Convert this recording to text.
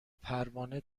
پروانه